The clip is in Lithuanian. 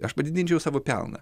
aš padidinčiau savo pelną